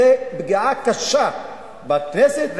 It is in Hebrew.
זו פגיעה קשה בכנסת,